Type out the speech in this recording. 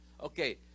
okay